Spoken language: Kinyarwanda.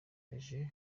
yemeje